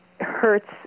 hurts